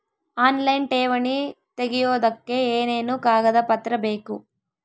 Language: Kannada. ಆನ್ಲೈನ್ ಠೇವಣಿ ತೆಗಿಯೋದಕ್ಕೆ ಏನೇನು ಕಾಗದಪತ್ರ ಬೇಕು?